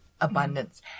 abundance